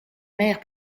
maires